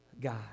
God